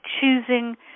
choosing